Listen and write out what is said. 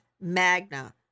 Magna